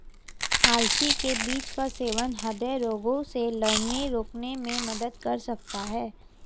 अलसी के बीज का सेवन हृदय रोगों से लड़ने रोकने में मदद कर सकता है